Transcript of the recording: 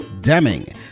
Deming